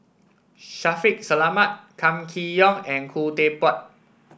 Shaffiq Selamat Kam Kee Yong and Khoo Teck Puat